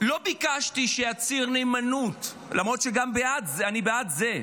לא ביקשתי שיצהיר נאמנות, למרות שאני גם בעד זה.